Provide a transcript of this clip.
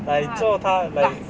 like 做他 like